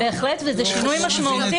בהחלט, וזה שינוי משמעותי,